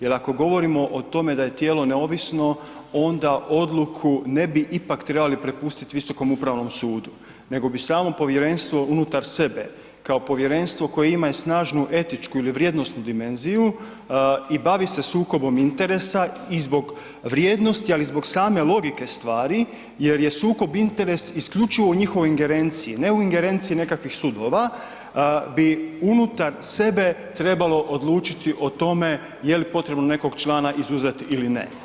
Jer ako govorimo o tom da je tijelo neovisno onda odluku ne bi ipak trebali prepustiti Visokom upravom sudu nego bi samo povjerenstvo unutar sebe kao povjerenstvo koje ima snažnu etičku ili vrijednosnu dimenziju i bavi se sukobom interesa i zbog vrijednosti, ali i zbog same logike stvari jer je sukob interes isključivo u njihovoj ingerenciji, ne u ingerenciji nekakvih sudova, bi unutar sebe trebalo odlučiti o tome je li potrebno nekog člana izuzet ili ne.